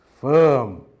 firm